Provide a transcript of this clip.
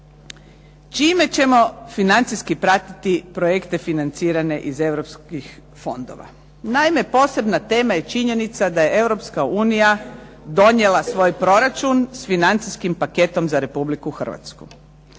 čime ćemo financijski pratiti projekte financirane iz Europskih fondova. Naime, posebna tema je činjenica da je Europska unija donijela svoj proračun sa financijskim paketom za Republiku Hrvatsku.